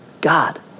God